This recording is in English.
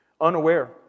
unaware